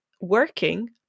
working